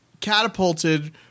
catapulted